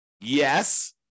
Yes